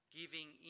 giving